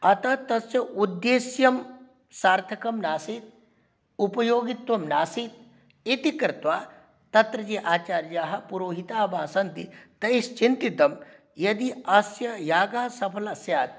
अतः तस्य उद्देश्यं सार्थकं नासीत् उपयोगित्वं नासीत् इति कृत्वा तत्र ये आचार्याः पुरोहिताः वा सन्ति तैश्चिन्तितं यदि अस्य यागः सफलः स्यात्